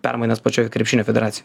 permainas pačioj krepšinio federacijoj